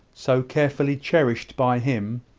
so carefully cherished by him,